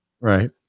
Right